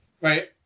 right